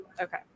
Okay